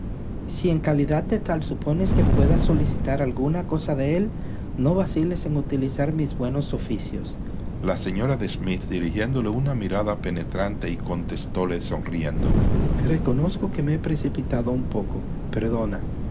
si en calidad de tal supones que pueda solicitar alguna cosa de él no vaciles en utilizar mis buenos oficios la señora de smith dirigióle una mirada penetrante y contestóle sonriendo reconozco que me he precipitado un poco